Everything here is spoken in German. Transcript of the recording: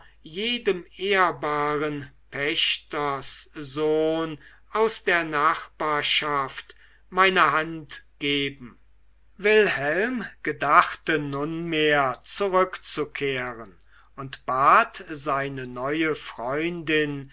jedem ehrbaren pächterssohn aus der nachbarschaft meine hand geben wilhelm gedachte nunmehr zurückzukehren und bat seine neue freundin